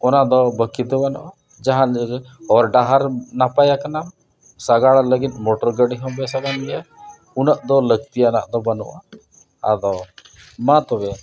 ᱚᱱᱟ ᱫᱚ ᱵᱟᱹᱠᱤ ᱫᱚ ᱵᱟᱹᱱᱩᱜᱼᱟ ᱡᱟᱦᱟᱱ ᱦᱚᱨ ᱰᱟᱦᱟᱨ ᱱᱟᱯᱟᱭᱟᱠᱟᱱᱟ ᱥᱟᱜᱟᱲ ᱞᱟᱹᱜᱤᱫ ᱢᱚᱴᱚᱨ ᱜᱟᱹᱰᱤ ᱦᱚᱸ ᱵᱮᱥ ᱟᱠᱟᱱ ᱜᱮᱭᱟ ᱩᱱᱟᱹᱜ ᱫᱚ ᱞᱟᱹᱠᱛᱤ ᱟᱱᱟᱜ ᱫᱚ ᱵᱟᱹᱱᱩᱜᱼᱟ ᱟᱫᱚ ᱢᱟ ᱛᱚᱵᱮ